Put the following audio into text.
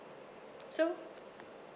so